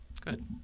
Good